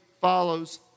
follows